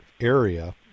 area